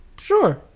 sure